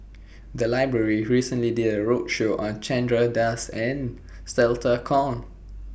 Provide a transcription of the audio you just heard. The Library recently did A roadshow on Chandra Das and Stella Kon